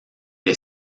est